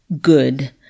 good